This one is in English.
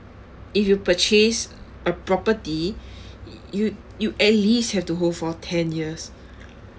if you purchase a property yo~ you at least have to hold for ten years